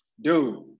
Dude